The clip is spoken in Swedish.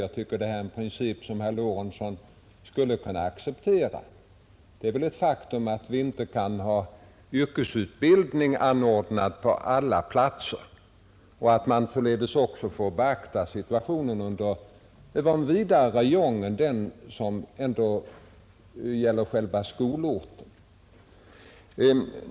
Jag tycker att det är en princip som herr Lorentzon skulle kunna acceptera att vi inte kan ha yrkesutbildning anordnad på alla platser och att man således får beakta situationen över en vidare räjong än själva skolorten.